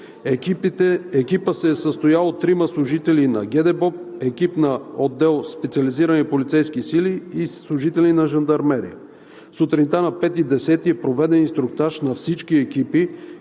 Екипът се е състоял от трима служители на ГДБОП, екип на отдел „Специализирани полицейски сили“ и служители на „Жандармерия“. Сутринта на 5 октомври 2020 г. е проведен инструктаж на всички екипи